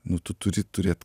nu tu turi turėt